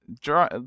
draw